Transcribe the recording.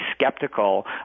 skeptical